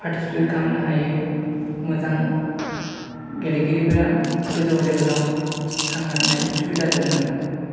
participate खालामनो हायो मोजां गेलेगिरिफोरा गोजौ लेभेलाव थांनो हानाय सुबिदा मोनो